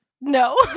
No